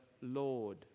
Lord